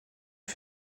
est